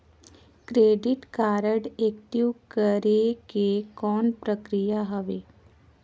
Credit card active करे के कौन प्रक्रिया हवे?